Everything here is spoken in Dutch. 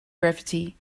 graffiti